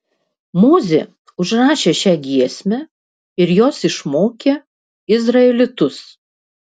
mozė užrašė šią giesmę ir jos išmokė izraelitus